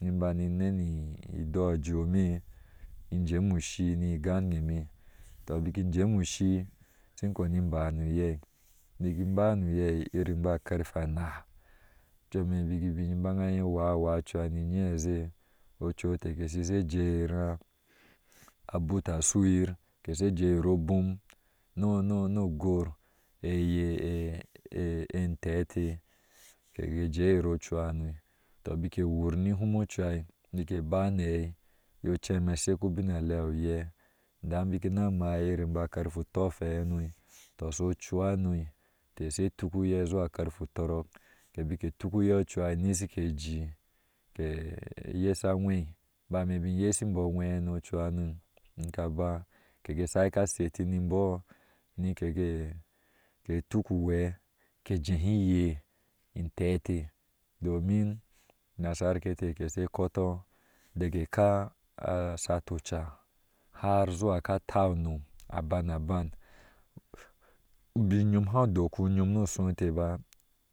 Tɔ bina in jemi ushi shin kpeni bana nu yai nigi b nuyaa iri bakarfer anaa, ocu emeh bikim haan awa aen ni nyi azai ocu teh shi she jeyir a abuter shuyir ke she jeyir domin. no ogor eye inteh teh kege jeyir cohano bik ke wur hihum ocuha nike bana aɛi iye ucome a ekusin alea oye injan bik anw mai iriba karfe tofai asho ocuhano, inteh sle tuk uye zuwakorfe ɔɔk kebik ke tuk uye euha nisi ke ji ke yesu aŋweh ba meh bik in yesha a ŋweh hanu cuhane bik aba kege saike asatia ni imboo ni kege tuk uwee sehige inteh te, domin nasoorke teke kotɔɔ daga ka ashato acca har zuwa ka atai onom aban aban ubm ycm ha dok uymnusho enteh ba